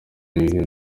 bihe